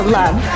love